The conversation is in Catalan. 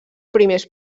primers